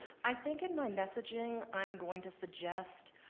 i think in my messaging i'm going to suggest,